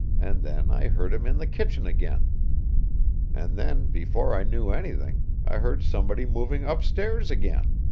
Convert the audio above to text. and then i heard him in the kitchen again and then before i knew anything i heard somebody moving upstairs again.